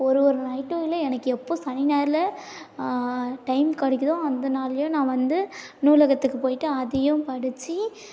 ஒரு ஒரு நைட்டும் இல்லை எனக்கு எப்போது சனி ஞாயிறில் டைம் கிடைக்கிதோ அந்த நாள்லையோ நான் வந்து நூலகத்துக்கு போயிவிட்டு அதையும் படிச்சு